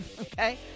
Okay